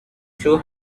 two